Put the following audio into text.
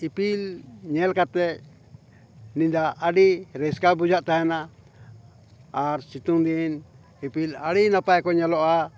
ᱤᱯᱤᱞ ᱧᱮᱞ ᱠᱟᱛᱮ ᱧᱤᱫᱟᱹ ᱟᱹᱰᱤ ᱨᱟᱹᱥᱠᱟᱹ ᱵᱩᱡᱷᱟᱹᱜ ᱛᱟᱦᱮᱱᱟ ᱟᱨ ᱥᱤᱛᱩᱝ ᱫᱤᱱ ᱤᱯᱤᱞ ᱟᱹᱰᱤ ᱱᱟᱯᱟᱭ ᱠᱚ ᱧᱮᱞᱚᱜᱼᱟ